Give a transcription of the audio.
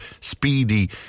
speedy